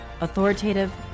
Authoritative